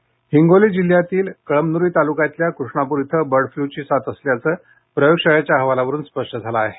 Hingoli bird flu Hingoli जिल्ह्यातील कळमनुरी तालुक्यातील कृष्णाप्र इथं बर्ड फ्लूची साथ असल्याचे प्रयोगशाळेच्या अहवालावरून स्पष्ट झाले आहे